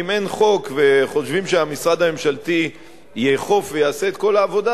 אם אין חוק וחושבים שהמשרד הממשלתי יאכוף ויעשה את כל העבודה,